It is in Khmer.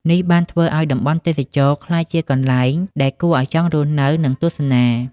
នេះបានធ្វើឱ្យតំបន់ទេសចរណ៍ក្លាយជាកន្លែងដែលគួរឱ្យចង់រស់នៅ និងទស្សនា។